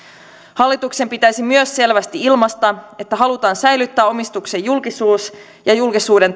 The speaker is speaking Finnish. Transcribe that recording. hallituksen pitäisi myös selvästi ilmaista että halutaan säilyttää omistusten julkisuus ja julkisuuden